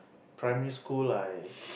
primary school I